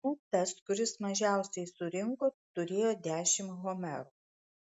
net tas kuris mažiausiai surinko turėjo dešimt homerų